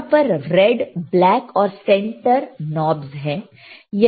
यहां पर red black और सेंटर नॉबसहै